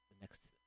next